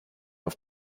auf